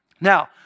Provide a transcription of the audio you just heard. Now